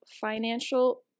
financial